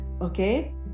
okay